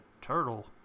turtle